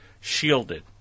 shielded